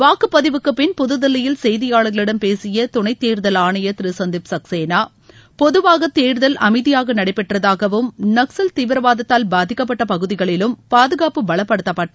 வாக்குப்பதிவுக்குப்பின் புதுதில்லியில் செய்தியாளர்களிடம் பேசிய துணைத் தேர்தல் ஆணையர் திரு சந்தீப் சக்சேனா பொதுவாக தேர்தல் அமைதியாக நடைபெற்றதாகவும் நக்சல் தீவிரவாதத்தால் பாதிக்கப்பட்ட பகுதிகளிலும் பாதுகாப்பு பலப்படுத்தப்பட்டு